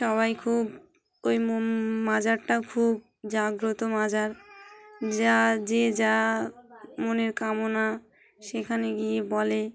সবাই খুব ওই মাজারটা খুব জাগ্রত মাজার যা যে যা মনের কামনা সেখানে গিয়ে বলে